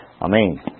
Amen